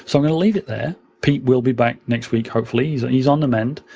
so going to leave it there. pete will be back next week, hopefully. he's and he's on the mend,